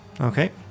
Okay